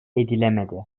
edilemedi